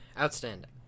Outstanding